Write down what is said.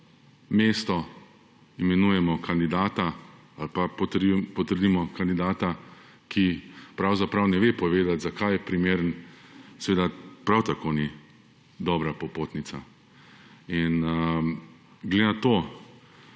mesto imenujemo kandidata ali pa potrdimo kandidata, ki pravzaprav ne ve povedati zakaj je primeren seveda prav tako ni dobra popotnica. Glede na to,